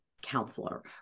Counselor